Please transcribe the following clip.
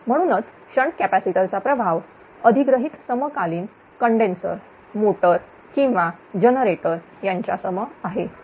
म्हणूनच shunt capacitor चा प्रभाव अधिग्रहित समकालीन कंडेन्सर मोटर किंवा जनरेटर यांच्यासम आहे